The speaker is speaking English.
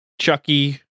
chucky